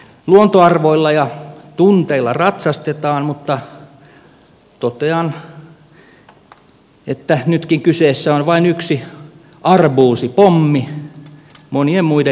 luontoarvoilla ja tunteilla ratsastetaan mutta totean että nytkin kyseessä on vain yksi arbuusipommi monien muiden joukossa